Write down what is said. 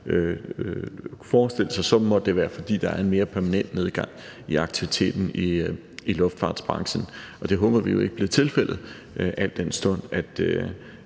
måtte forestille sig, så må det være, fordi der er en mere permanent nedgang i aktiviteten i luftfartsbranchen. Det håber vi jo ikke bliver tilfældet, al den stund at